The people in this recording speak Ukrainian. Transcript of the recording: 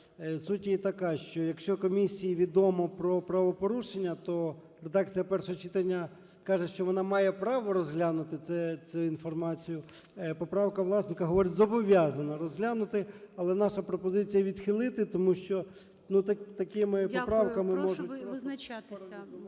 її така, що якщо комісії відомо про правопорушення, то редакція першого читання каже, що вона має право розглянути цю інформацію. Поправка власника говорить: зобов'язана розглянути. Але наша пропозиція відхилити. Тому що такими поправками… ГОЛОВУЮЧИЙ. Дякую. Прошу визначатися.